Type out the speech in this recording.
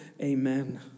amen